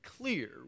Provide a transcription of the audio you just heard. clear